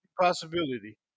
possibility